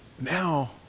now